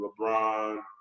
LeBron